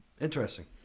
Interesting